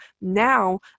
now